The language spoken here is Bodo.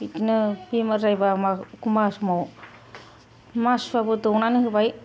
बिदिनो बेमार जायोब्ला एखनबा समाव मासुवाफोर दौनानै होबाय